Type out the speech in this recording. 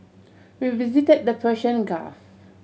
we visited the Persian Gulf